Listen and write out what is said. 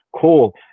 cool